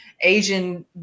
Asian